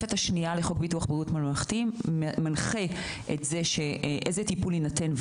התוספת השנייה לחוק הבריאות הממלכתי מנחה איזה טיפול יינתן,